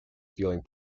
feeling